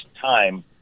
time